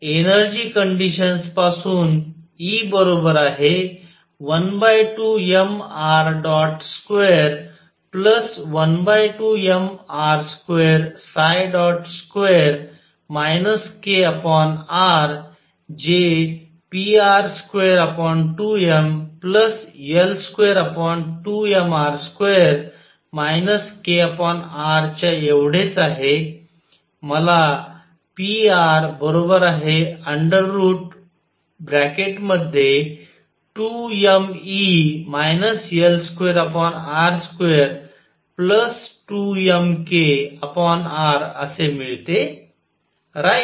energy कंडिशनपासून E 12mr212mr22 kr जे pr22mL22mR2 krच्या एवढेच आहे मला pr√2mE L2r22mkrअसे मिळते राईट